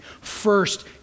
First